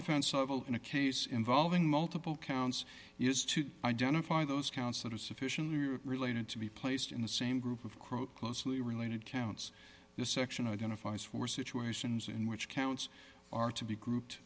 offense in a case involving multiple counts is to identify those counts that are sufficiently or related to be placed in the same group of quote closely related counts the section identifies for situations in which counts are to be grouped